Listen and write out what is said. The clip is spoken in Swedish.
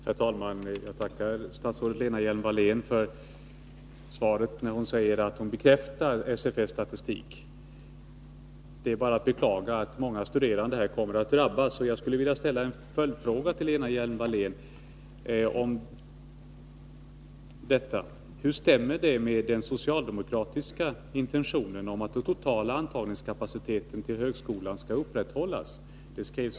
Herr talman! Jag tackar statsrådet Lena Hjelm-Wallén för bekräftelsen att SFS statistik är riktig. Det är bara att beklaga att många studerande kommer att drabbas. Jag skulle vilja ställa en följdfråga till Lena Hjelm-Wallén: Hur stämmer detta överens med den socialdemokratiska intentionen att den totala antagningskapaciteten skall upprätthållas när det gäller högskolan?